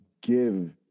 give